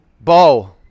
Bow